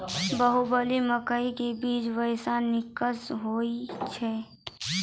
बाहुबली मकई के बीज बैर निक होई छै